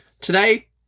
Today